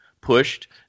pushed